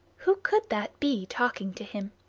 who could that be talking to him?